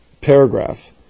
paragraph